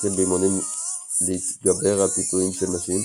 המתחיל באימונים להתגבר על פיתויים של נשים,